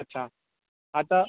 अच्छा आता